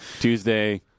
Tuesday